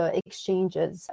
exchanges